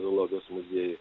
zoologijos muziejuj